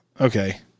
Okay